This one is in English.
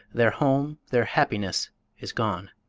their home, their happiness is gone.